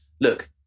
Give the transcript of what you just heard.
look